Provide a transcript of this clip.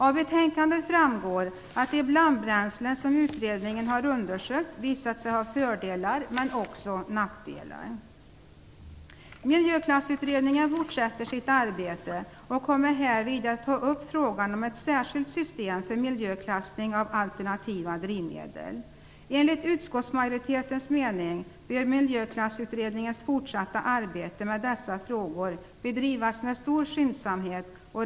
Av betänkandet framgår att de blandbränslen som utredningen har undersökt visat sig ha fördelar men också nackdelar. Miljöklassutredningen fortsätter sitt arbete och kommer därvid att ta upp frågan om ett särskilt system för miljöklassning av alternativa drivmedel. Enligt utskottsmajoritetens mening bör Miljöklassutredningens fortsatta arbete med dessa frågor bedrivas med stor skyndsamhet.